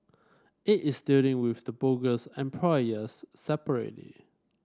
it is dealing with the bogus employers separately